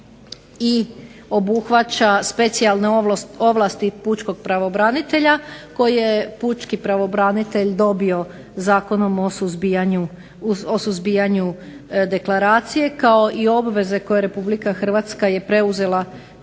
obuhvaća specijalne ovlasti pučkog pravobranitelja koji je pučki pravobranitelj dobio Zakonom o suzbijanju deklaracije kao i obveze koje je RH preuzela